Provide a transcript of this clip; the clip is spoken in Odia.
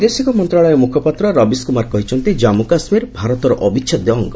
ବୈଦେଶିକ ମନ୍ତ୍ରଶାଳୟ ମୁଖପାତ୍ର ରବିଶ କୁମାର କହିଛନ୍ତି ଜାମ୍ମୁ କାଶ୍ମୀର ଭାରତର ଅବିଚ୍ଛେଦ୍ୟ ଅଙ୍ଗ